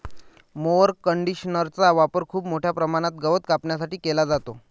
mower कंडिशनरचा वापर खूप मोठ्या प्रमाणात गवत कापण्यासाठी केला जातो